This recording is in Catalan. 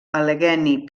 allegheny